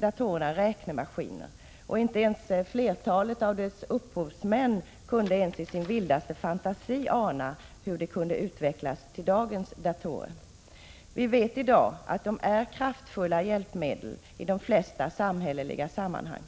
datorerna räknemaskiner. Inte ens flertalet av dess upphovsmän kunde ens i sin vildaste fantasi ana att de skulle utvecklas till dagens datorer. Vi vet i dag att de är kraftfulla hjälpmedel i de flesta samhälleliga sammanhang.